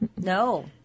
no